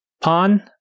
pawn